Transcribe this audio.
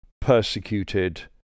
persecuted